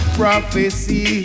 prophecy